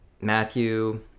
Matthew